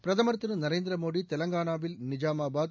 பிரதமர் திரு நரேந்திர மோடி தெலங்காளாவில் நிஜாமாபாத்